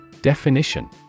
Definition